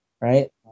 right